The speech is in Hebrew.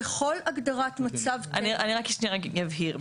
בכל הגדרת מצב טבע --- אני רק שנייה אבהיר,